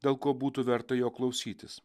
dėl ko būtų verta jo klausytis